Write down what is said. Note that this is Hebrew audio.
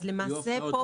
מיכל לוי, בבקשה.